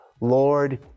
Lord